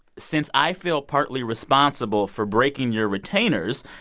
since i feel partly responsible for breaking your retainers,